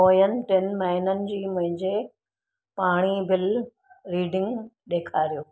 पोयंनि टे महिननि जी मुंहिंजे पाणी बिल रीडिंग ॾेखारियो